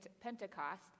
Pentecost